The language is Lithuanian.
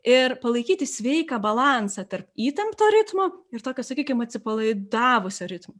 ir palaikyti sveiką balansą tarp įtempto ritmo ir tokio sakykim atsipalaidavusio ritmo